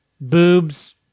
boobs